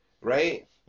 right